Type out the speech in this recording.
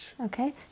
okay